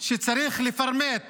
שצריך לפרמט